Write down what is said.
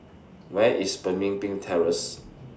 Where IS Pemimpin Terrace